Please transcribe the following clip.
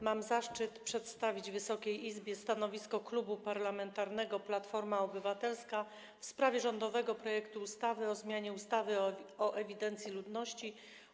Mam zaszczyt przedstawić Wysokiej Izbie stanowisko Klubu Parlamentarnego Platforma Obywatelska w sprawie rządowego projektu ustawy o zmianie ustawy o ewidencji ludności oraz